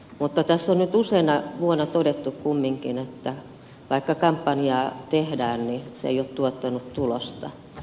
mutta tässä on nyt useana vuonna kumminkin todettu että vaikka kampanjaa tehdään se ei ole tuottanut tulosta